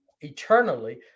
eternally